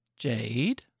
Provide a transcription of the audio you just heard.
Jade